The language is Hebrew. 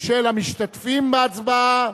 של המשתתפים בהצבעה,